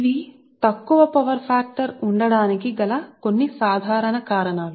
ఇవి కొన్ని కాబట్టి మీరు తక్కువ పవర్ ఫాక్టర్ తక్కువ వివిధ సందర్భాల్లో సాధారణ కారణం